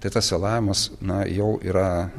tai tas vėlavimas na jau yra